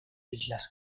islas